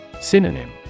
Synonym